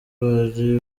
bari